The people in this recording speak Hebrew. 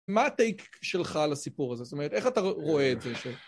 מה הטייק שלך לסיפור הזה? זאת אומרת, איך אתה רואה את זה?